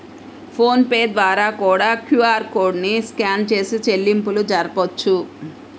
phone pay ద్వారా కూడా QR code ని స్కాన్ చేసి చెల్లింపులు జరపొచ్చు